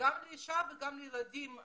גם לאישה וגם לילדים הקטנים.